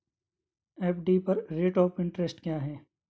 FD पर rate of interest क्या है?